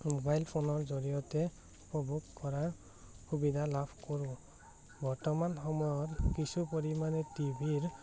mobile ফোনৰ জৰিয়তে উপভোগ কৰাৰ সুবিধা লাভ কৰোঁ বৰ্তমান সময়ত কিছু পৰিমাণে টিভি ৰ